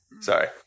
sorry